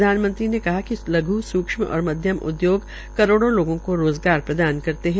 प्रधानमंत्री ने कहा कि लघ् सूक्ष्म और मध्यम उद्योग करोड़ो लोगों को रोज़गार प्रदान करते है